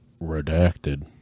redacted